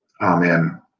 amen